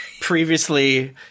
previously